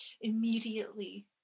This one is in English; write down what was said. Immediately